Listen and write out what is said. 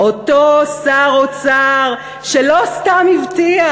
אותו שר אוצר שלא סתם הבטיח,